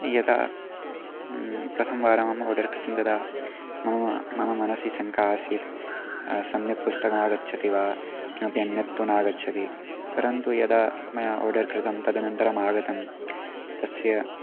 यदा प्रथमवारम् अहम् आर्डर् कृतं तदा मम मम मनसि शङ्का आसीत् सम्यक् पुस्तकमागच्छति वा किमपि अन्यत्तु नागच्छति परन्तु यदा मया आर्डर् कृतं तदनन्तरम् आगतं तस्य